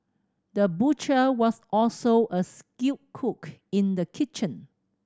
the butcher was also a skilled cook in the kitchen